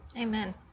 Amen